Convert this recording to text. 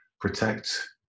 protect